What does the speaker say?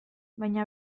baina